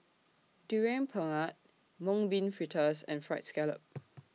Durian Pengat Mung Bean Fritters and Fried Scallop